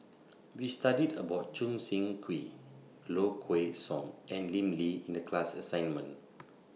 We studied about Choo Seng Quee Low Kway Song and Lim Lee in The class assignment